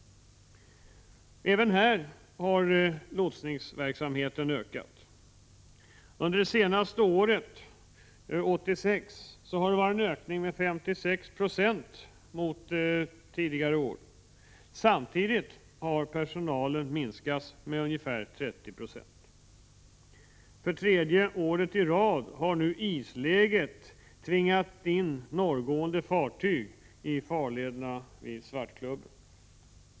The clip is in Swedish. Även här har lotsningsverksamheten ökat. Under år 1986 har det varit en ökning med 56 76 jämfört med tidigare år. Samtidigt har personalen minskats med 30 26. För tredje året i rad har nu isläget tvingat in norrgående fartyg i farlederna vid Svartklubben.